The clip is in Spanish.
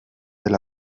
del